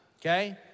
okay